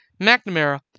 McNamara